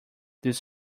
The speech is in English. this